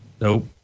Nope